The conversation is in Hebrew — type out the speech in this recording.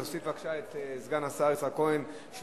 להעביר את הצעת